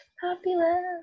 Popular